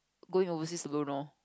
going overseas I don't know